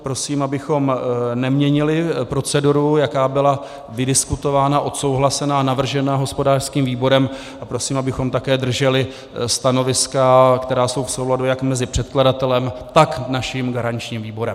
Prosím, abychom neměnili proceduru, jaká byla vydiskutovaná, odsouhlasená, navržena hospodářským výborem, a prosím, abychom také drželi stanoviska, která jsou v souladu jak mezi předkladatelem, tak naším garančním výborem.